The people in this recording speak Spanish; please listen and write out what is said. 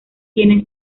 tiene